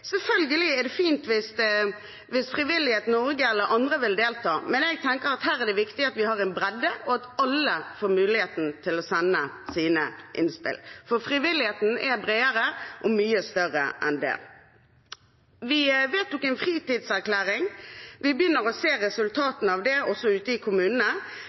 Selvfølgelig er det fint hvis Frivillighet Norge eller andre vil delta, men jeg tenker at her er det viktig at vi har en bredde, og at alle får muligheten til å sende inn sine innspill, for frivilligheten er bredere og mye større enn det. Vi vedtok en fritidserklæring. Vi begynner å se resultatene av det, også ute i kommunene,